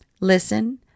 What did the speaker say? listen